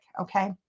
Okay